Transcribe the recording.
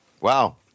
Wow